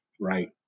right